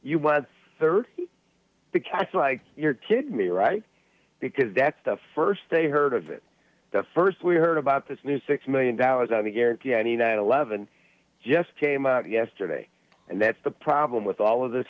want third the cast like you're kidding me right because that's the first they heard of it the first we heard about this new six million dollars on the guarantee any nine eleven just came out yesterday and that's the problem with all of this